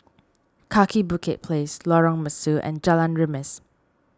Kaki Bukit Place Lorong Mesu and Jalan Remis